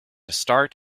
start